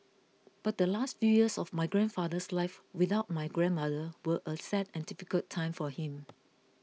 but the last few years of my grandfather's life without my grandmother were a sad and difficult time for him